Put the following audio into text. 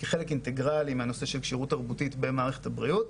כחלק אינטגרלי מהנושא של כשירות תרבותית במערכת הבריאות.